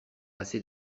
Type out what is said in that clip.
assez